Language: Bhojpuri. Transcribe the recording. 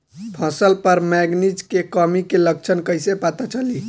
फसल पर मैगनीज के कमी के लक्षण कईसे पता चली?